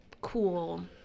cool